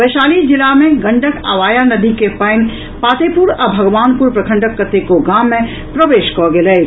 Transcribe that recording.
वैशाली जिला मे गंडक आ वाया नदी के पानि पातेपुर आ भगवानपुर प्रखंडक कतेको गाम मे प्रवेश कऽ गेल अछि